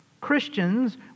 Christians